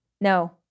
No